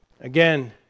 again